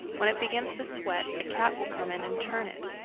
when it begins to sweat a cat will come in and turn it.